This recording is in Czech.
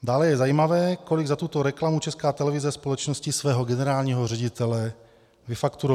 Dále je zajímavé, kolik za tuto reklamu Česká televize společnosti svého generálního ředitele vyfakturovala.